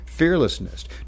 Fearlessness